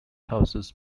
houses